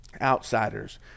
outsiders